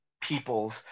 peoples